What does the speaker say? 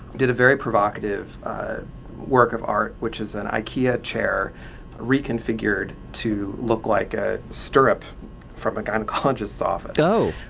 did a very provocative work of art which is an ikea chair reconfigured to look like a stirrup from a gynecologist's office oh!